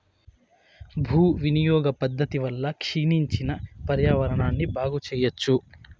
భూ వినియోగ పద్ధతి వల్ల క్షీణించిన పర్యావరణాన్ని బాగు చెయ్యచ్చు